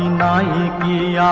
nine e